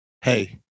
Hey